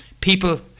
People